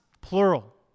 plural